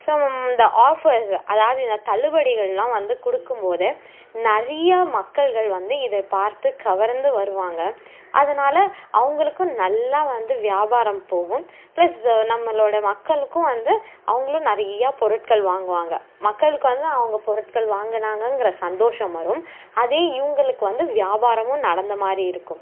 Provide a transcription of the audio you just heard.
so இந்த offers அதாவது இந்த தள்ளுபடிகள்லாம் வந்து கொடுக்கும்போது நிறையா மக்கள்கள் வந்து இதை பார்த்து கவர்ந்து வருவாங்க அதனால அவங்களுக்கும் நல்லா வந்து வியாபாரம் போகும் ப்ளஸு நம்மளோட மக்களுக்கும் வந்து அவங்களும் நிறையா பொருட்கள் வாங்குவாங்க மக்களுக்கு வந்து அவங்க பொருட்கள் வாங்குனாங்கங்கிற சந்தோஷம் வரும் அதே இவங்களுக்கு வந்து வியாபாரமும் நடந்த மாதிரி இருக்கும்